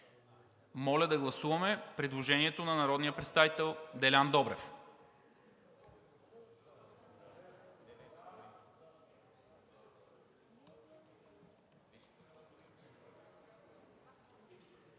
Моля да гласуваме предложението на народния представител Делян Добрев.